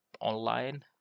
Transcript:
online